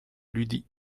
l’udi